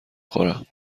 خورم